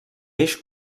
eix